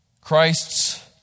Christ's